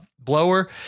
blower